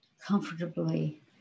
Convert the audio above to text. comfortably